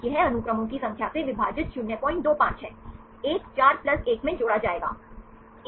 यह अनुक्रमों की संख्या से विभाजित 025 है 1 4 प्लस 1 में जोड़ा जाएगा